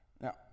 Now